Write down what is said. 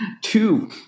Two